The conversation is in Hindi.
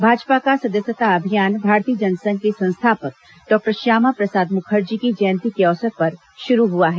भाजपा का सदस्यता अभियान भारतीय जनसंघ के संस्थापक डॉक्टर श्यामाप्रसाद मुखर्जी की जयंती के अवसर पर शुरू हुआ है